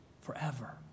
forever